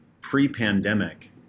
pre-pandemic